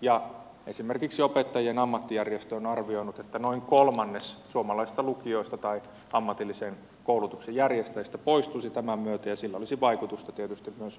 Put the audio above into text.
ja esimerkiksi opettajien ammattijärjestö on arvioinut että noin kolmannes suomalaisista lukioista tai ammatillisen koulutuksen järjestäjistä poistuisi tämän myötä ja sillä olisi vaikutusta tietysti myös lukiokenttään